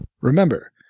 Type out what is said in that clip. Remember